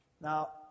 Now